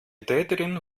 täterin